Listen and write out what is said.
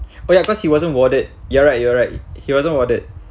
oh ya cause he wasn't warded you're right you're right he wasn't warded